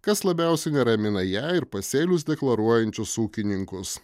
kas labiausiai neramina ją ir pasėlius deklaruojančius ūkininkus